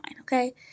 okay